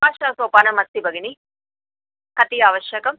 अष्ट सोपानमस्ति भगिनि कति आवश्यकं